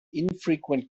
infrequent